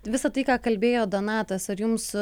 visa tai ką kalbėjo donatas ar jums